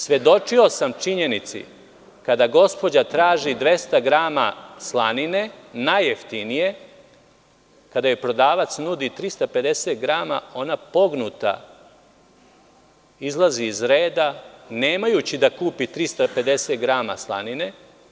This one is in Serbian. Svedočio sam činjenici kada gospođa traži 200 grama slanine najjeftinije, kada joj prodavac nudi 350 grama, ona pognuta izlazi iz reda nemajući da kupi 350 grama slanine.